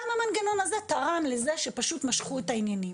גם המנגנון הזה תרם לזה שפשוט משכו את העניינים.